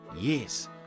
Yes